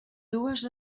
dues